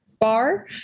bar